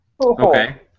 Okay